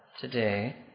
today